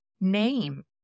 name